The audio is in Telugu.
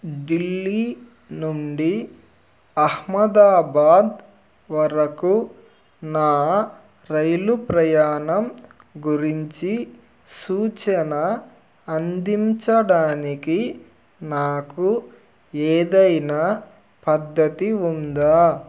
ఢిల్లీ నుండి అహ్మదాబాద్ వరకు నా రైలు ప్రయాణం గురించి సూచన అందించడానికి నాకు ఏదైనా పద్ధతి ఉందా